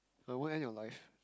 I won't end your life